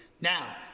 Now